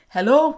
Hello